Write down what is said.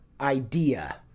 idea